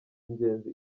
ingenzi